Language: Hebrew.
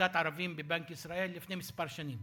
קליטת ערבים בבנק ישראל, לפני כמה שנים.